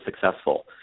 successful